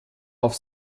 auf